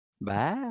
Bye